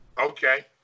Okay